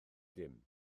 dim